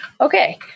okay